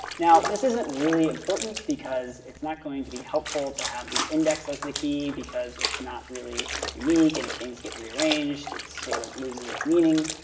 now, this isn't really important, because it's not going to be helpful to have the index as the key because it's not really unique. and if things get rearranged, it sort of loses its meaning.